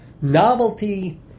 novelty